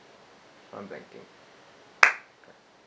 one banking